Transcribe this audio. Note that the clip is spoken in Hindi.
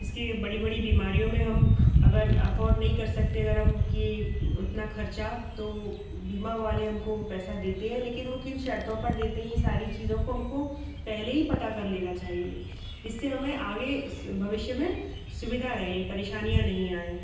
जिस के बड़ी बड़ी बीमारियों मे हम अगर अफोर्ड नहीं कर सकते अगर हम कि उतना ख़र्च तो बीमा वाले हम को वो पैसा देते है लेकिन वो किन शर्तों पर देते है ये सारी चीज़ों को हम को पहले ही पता कर लेना चाहिए जिससे हमें आगे इस भविष्य में सुविधा रहे परेशानियाँ नहीं आए